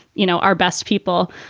you know, our best people.